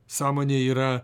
sąmonė yra